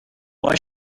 why